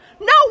No